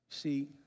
See